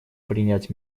принять